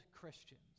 Christians